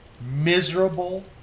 miserable